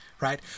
right